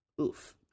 Oof